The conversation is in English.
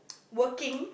working